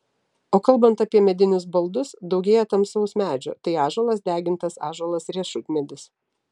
o kalbant apie medinius baldus daugėja tamsaus medžio tai ąžuolas degintas ąžuolas riešutmedis